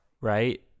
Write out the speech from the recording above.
Right